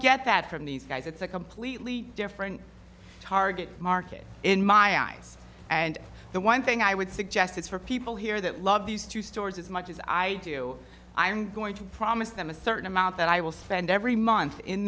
get that from these guys it's a completely different target market in my eyes and the one thing i would suggest is for people here that love these two stores as much as i do i'm going to promise them a certain amount that i will spend every month in